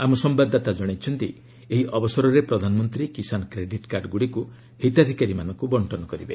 ଆମ ସମ୍ଭାଦଦାତା ଜଣାଇଛନ୍ତି ଏହି ଅବସରରେ ପ୍ରଧାନମନ୍ତ୍ରୀ କିଶାନ କ୍ରେଡିଟ୍କାର୍ଡଗୁଡ଼ିକୁ ହିତାଧିକାରୀମାନଙ୍କୁ ବର୍ଷନ କରିବେ